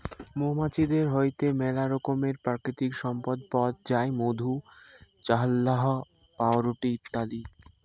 মৌমাছিদের হইতে মেলা রকমের প্রাকৃতিক সম্পদ পথ যায় মধু, চাল্লাহ, পাউরুটি ইত্যাদি